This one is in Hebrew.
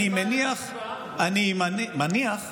אני מניח, תגיד לי, זו סיבה להצבעה?